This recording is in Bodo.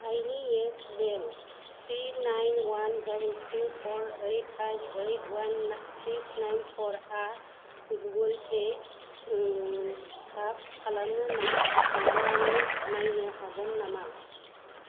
आंनि Yes Bank account three nine one two two four eight five eight one six nine four आ गुगोल पे सापर्ट खालामो ना खालामा नों नायनो हागोन नामा